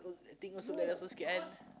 I think also like that also scared